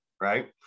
Right